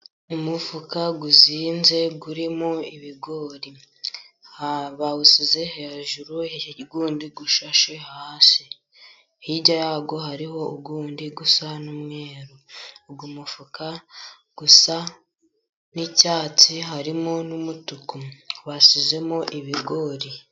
Umufuka uzinze urimo ibigori, bawusize hejuru y'undi usashe hasi, hirya yawo hariho uwundi usa n'umweru, uwo mufuka usa n'icyatsi, harimo n'umutuku basizemo ibigori,